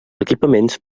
equipaments